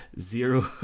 zero